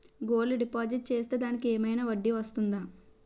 Gold deposit చేస్తే దానికి ఏమైనా వడ్డీ వస్తుందా?